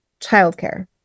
Childcare